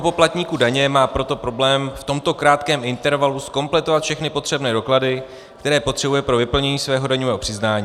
Mnoho poplatníků daně má proto problém v tomto krátkém intervalu zkompletovat všechny potřebné doklady, které potřebuje pro vyplnění svého daňového přiznání.